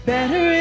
Better